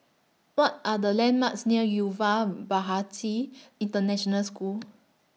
What Are The landmarks near Yuva Bharati International School